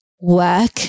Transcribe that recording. work